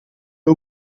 w’u